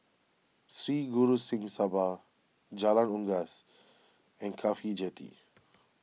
Sri Guru Singh Sabha Jalan Unggas and Cafhi Jetty